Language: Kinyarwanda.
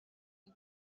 ngo